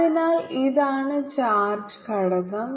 അതിനാൽ ഇതാണ് ചാർജ് ഘടകം